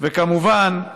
וכמובן,